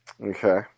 Okay